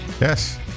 Yes